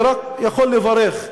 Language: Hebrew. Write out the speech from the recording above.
אני רק יכול לברך,